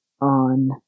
on